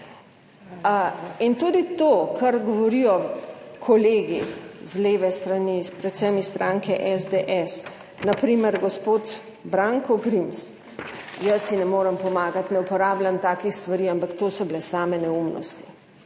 In tudi to, kar govorijo kolegi z leve strani, predvsem iz stranke SDS, na primer gospod Branko Grims, jaz si ne morem pomagati, ne uporabljam takih stvari, ampak to so bile same neumnosti